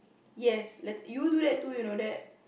yes let~ you do that too you know that